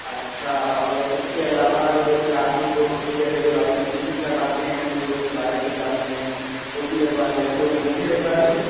اچھا اور اس کے علاوہ جو کلاس میں جو ترنگے والی اسٹک لگاتے ہیں ہم لوگ دیواریں سجاتے ہیں وہ بھی لگوانا ہے تو وہ بھی لگوا لیں گی